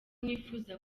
nipfuza